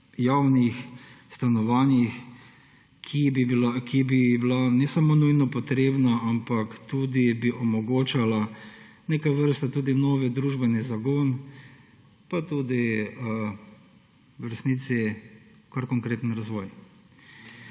javnih stanovanjih, ki bi bila ne samo nujno potrebna, ampak tudi bi omogočala neke vrste tudi nov družbeni zagon pa tudi v resnici kar konkreten razvoj.